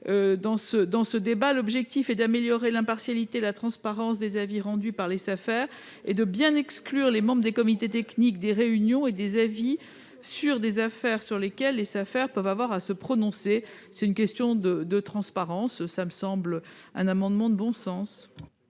notre débat. L'objectif est d'améliorer l'impartialité et la transparence des avis rendus par les Safer et de bien exclure les membres des comités techniques des réunions et des avis sur des affaires pour lesquelles les Safer peuvent avoir à se prononcer. Il s'agit d'une question de transparence. Cet amendement me semble de bon sens.